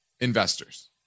investors